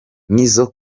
nizzo